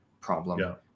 problem